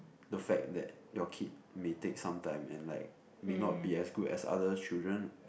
the fact that your kid may take some time and like may not be as good as other children